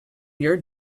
your